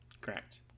Correct